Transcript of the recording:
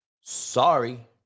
Sorry